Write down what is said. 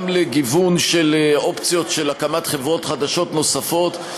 גם לגיוון של אופציות של הקמת חברות חדשות נוספות,